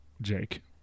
jake